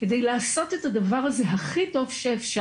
על מנת לעשות את הדבר הזה הכי טוב שאפשר,